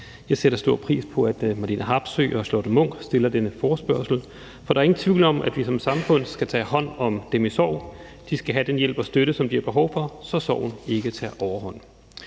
Jeg sætter stor pris på, at Marlene Harpsøe og Charlotte Munch stiller denne forespørgsel, for der er ingen tvivl om, at vi som samfund skal tage hånd om dem i sorg. De skal have den hjælp og støtte, som de har behov for, så sorgen ikke tager overhånd.